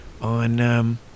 on